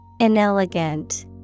Inelegant